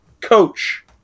coach